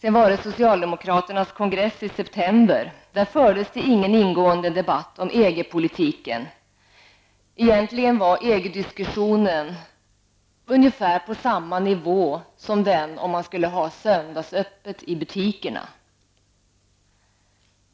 På socialdemokraternas kongress i september fördes ingen ingående debatt om EG-politiken. EG-diskussionen var ungefär i nivå med den diskussion som fördes om söndagsöppet i butikerna.